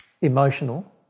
emotional